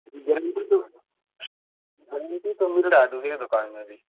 guarantee تو guarantee تو مل رہا ہے دوسری دوکان میں بھی